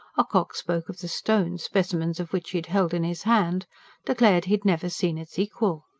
ocock spoke of the stone, specimens of which he had held in his hand declared he had never seen its equal.